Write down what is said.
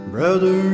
Brother